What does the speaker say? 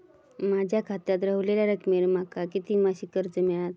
माझ्या खात्यात रव्हलेल्या रकमेवर माका किती मासिक कर्ज मिळात?